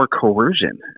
coercion